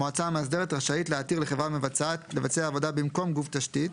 המועצה המאסדרת רשאית להתיר לחברה מבצעת לבצע עבודה במקום גוף תשתית